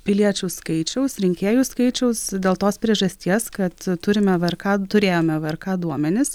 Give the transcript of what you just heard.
piliečių skaičiaus rinkėjų skaičiaus dėl tos priežasties kad turime vrk turėjome vrk duomenis